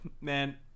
man